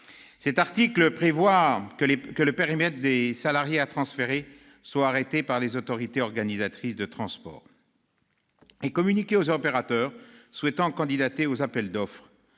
L'article prévoit que le périmètre des salariés à transférer est arrêté par les autorités organisatrices de transport et communiqué aux opérateurs souhaitant candidater aux appels d'offres.